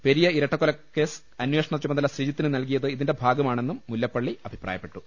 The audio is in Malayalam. പെരിയ ഇരട്ട ക്കൊലക്കേസ് അന്വേഷണ ചുമതല ശ്രീജിത്തിന് നൽകിയത് ഇതിന്റെ ഭാഗമാണെന്നും മുല്ലപ്പള്ളി അഭിപ്രായപ്പെട്ടു